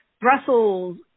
Brussels